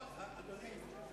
לא, אני חייב להגיב.